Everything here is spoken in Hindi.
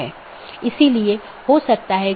तो यह एक पूर्ण meshed BGP सत्र है